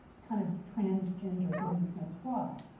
it's kind of transgender goodness knows what.